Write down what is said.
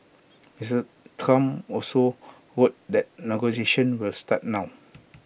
Mister Trump also wrote that negotiations will start now